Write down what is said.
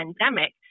pandemic